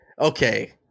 Okay